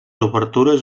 obertures